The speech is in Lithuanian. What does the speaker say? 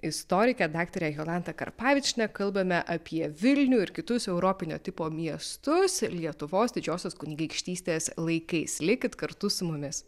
istorike daktare jolanta karpavičiene kalbame apie vilnių ir kitus europinio tipo miestus lietuvos didžiosios kunigaikštystės laikais likit kartu su mumis